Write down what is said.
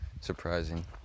surprising